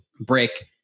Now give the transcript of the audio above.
break